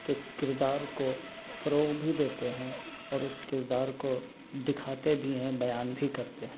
کے کردار کو فروغ بھی دیتے ہیں اور اس کردار کو دکھاتے بھی ہیں بیان بھی کرتے ہیں